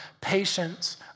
patience